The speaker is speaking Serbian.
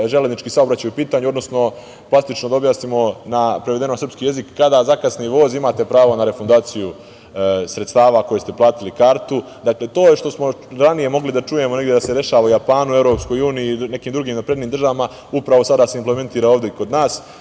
železnički saobraćaj u pitanju, odnosno plastično da objasnimo, prevedeno na srpski jezik, kada zakasni voz imate pravo na refundaciju sredstava koje ste platili, kartu. To je što smo ranije mogli da čujemo negde da se dešava u Japanu, u EU ili nekim drugim naprednijim državama, upravo sada se implementira ovde i kod nas.